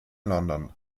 london